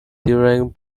during